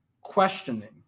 questioning